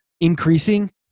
increasing